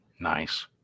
Nice